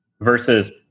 versus